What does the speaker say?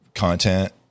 content